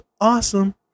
awesome